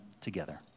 together